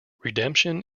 redemption